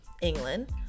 England